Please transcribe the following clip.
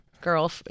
girl